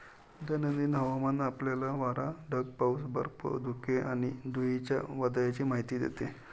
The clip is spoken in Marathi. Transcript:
दैनंदिन हवामान आपल्याला वारा, ढग, पाऊस, बर्फ, धुके आणि धुळीच्या वादळाची माहिती देते